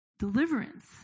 deliverance